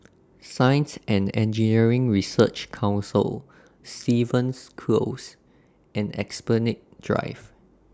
Science and Engineering Research Council Stevens Close and Esplanade Drive